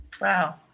Wow